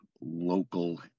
local